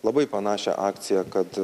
labai panašią akciją kad